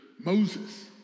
Moses